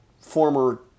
former